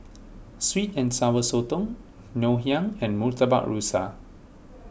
Sweet and Sour Sotong Ngoh Hiang and Murtabak Rusa